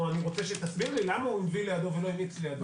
או אני רוצה שתסביר לי למה הוא עם וי לידו ולא אקס לידו.